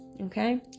okay